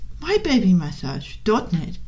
mybabymassage.net